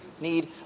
need